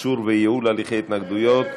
קיצור וייעול הליכי התנגדויות),